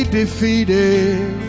defeated